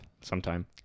Sometime